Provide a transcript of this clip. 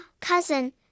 cousin